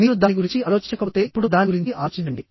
మీరు దాని గురించి ఆలోచించకపోతే ఇప్పుడు దాని గురించి ఆలోచించండి